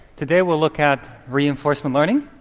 today, we'll look at reinforcement learning.